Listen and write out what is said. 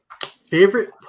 Favorite